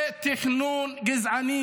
זה תכנון גזעני.